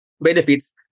benefits